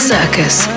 Circus